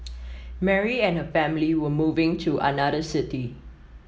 Mary and her family were moving to another city